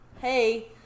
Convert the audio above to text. hey